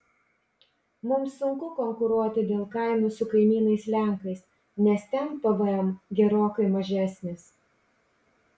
mums sunku konkuruoti dėl kainų su kaimynais lenkais nes ten pvm gerokai mažesnis